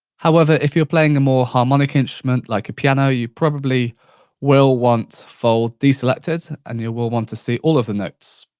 however, if you're playing a more harmonic instrument, like a piano, you probably will want fold deselected, and you will want to see all of the notes.